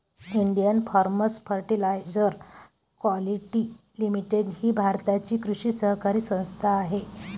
Indian farmers fertiliser quality limited ही भारताची कृषी सहकारी संस्था आहे